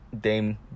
Dame